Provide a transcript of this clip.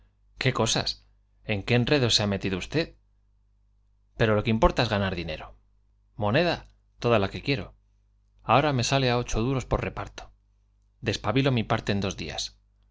qué cosas en qué enredos se ha usted pero lo que importa e ganar dinero i moneda toda la que quiero ahora me sale á ocho duros por reparto despabilo mi parte en dos días